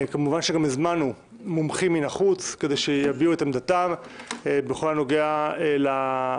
גם הזמנו גם מומחים מן החוץ כדי שיביעו את עמדתם בכל הנוגע להצעה.